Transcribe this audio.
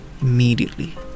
immediately